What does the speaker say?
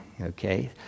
Okay